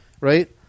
Right